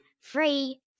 free